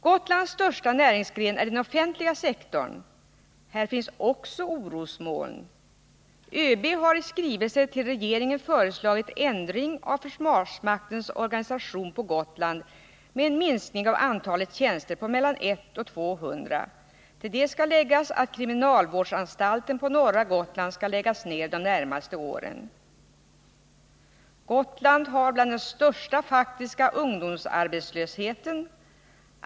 Gotlands största näringsgren är den offentliga sektorn. Här finns också orosmoln. ÖB har i skrivelse till regeringen föreslagit ändring av försvarsmaktens organisation på Gotland med en minskning av antalet tjänster med mellan 100 och 200. Till detta skall läggas att kriminalvårdsanstalten på norra Gotland skall läggas ned de närmaste åren. Gotland tillhör de regioner som har den största faktiska ungdomsarbetslösheten.